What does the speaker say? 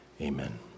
Amen